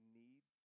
need